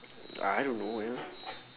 I don't know man